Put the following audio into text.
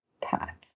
path